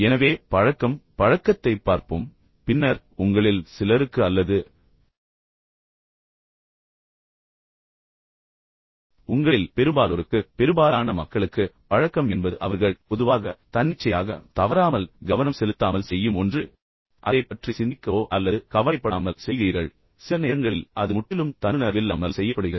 எனவே பழக்கம் பழக்கத்தைப் பார்ப்போம் பின்னர் உங்களில் சிலருக்கு அல்லது உங்களில் பெரும்பாலோருக்கு பெரும்பாலான மக்களுக்கு பழக்கம் என்பது அவர்கள் பொதுவாக தன்னிச்சையாக தவறாமல் கவனம் செலுத்தாமல் செய்யும் ஒன்று அதைப் பற்றி சிந்திக்கவோ அல்லது கவலைபடாமல் செய்கிறீர்கள் சில நேரங்களில் அது முற்றிலும் தன்னுணர்வில்லாமல் செய்யப்படுகிறது